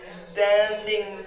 standing